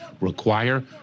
require